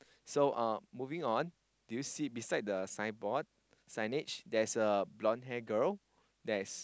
so uh moving on do you see beside the signboard signage there's a blonde hair girl that's